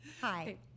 Hi